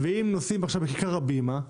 אם נוסעים עכשיו בכיכר הבימה,